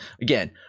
again